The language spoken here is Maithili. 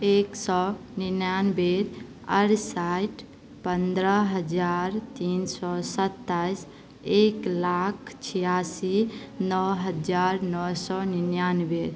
एकसए निनानबे अरसैठ पंद्रह हजार तीनसए सत्ताइस एक लाख छियासी नओ हजार नओ सए निनाबे